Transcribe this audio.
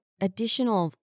additional